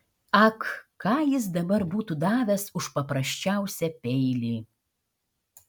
ak ką jis dabar būtų davęs už paprasčiausią peilį